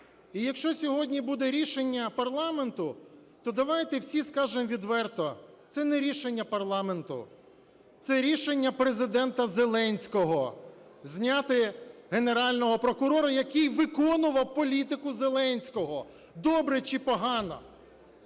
І якщо сьогодні буде рішення парламенту, то давайте всі скажемо відверто: це не рішення парламенту, це рішення Президента Зеленського - зняти Генерального прокурора, який виконував політику Зеленського, добре чи погано,